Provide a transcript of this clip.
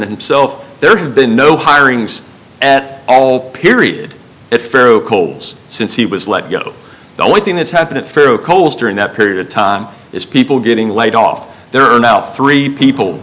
themself there has been no hirings at all period at faro coles since he was let go the only thing that's happening through coles during that period of time is people getting laid off there are now three people